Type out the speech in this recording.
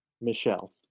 Michelle